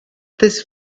this